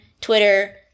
Twitter